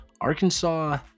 Arkansas